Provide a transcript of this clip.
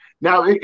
Now